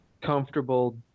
comfortable